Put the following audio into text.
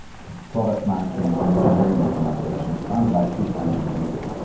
product management, and engineering organization that spans about two thousand people.